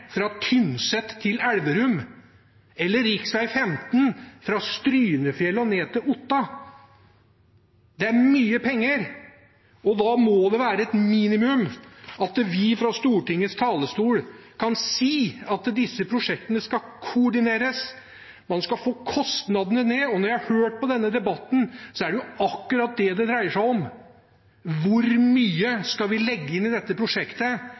15 fra Strynefjellet og ned til Otta. Det er mye penger, og da må det være et minimum at vi fra Stortingets talerstol kan si at disse prosjektene skal koordineres. Man skal få kostnadene ned. Når jeg har hørt på denne debatten, er det akkurat det det dreier seg om: Hvor mye skal vi legge inn i dette prosjektet